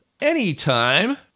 anytime